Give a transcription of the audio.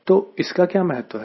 तो इसका क्या महत्व है